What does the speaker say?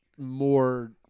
more